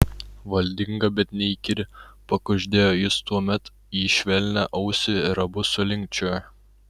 valdinga bet neįkyri pakuždėjo jis tuomet į švelnią ausį ir abu sulinkčiojo